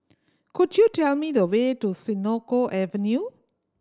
could you tell me the way to Senoko Avenue